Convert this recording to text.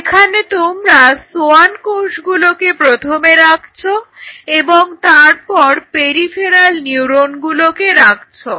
যেখানে তোমরা সোয়ান কোষগুলোকে প্রথমে রাখছো এবং তারপর পেরিফেরাল নিউরনগুলোকে রাখছো